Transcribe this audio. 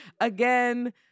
again